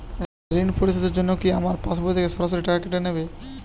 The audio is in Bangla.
ঋণ পরিশোধের জন্য কি আমার পাশবই থেকে সরাসরি টাকা কেটে নেবে?